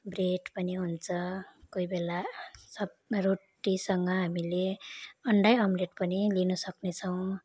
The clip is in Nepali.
ब्रेड पनि हुन्छ कोही बेला सबमा रोटीसँग हामीले अन्डै अम्लेट पनि लिन सक्नेछौँ